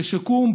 בשיקום,